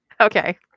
okay